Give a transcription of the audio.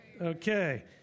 Okay